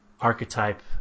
archetype